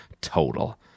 total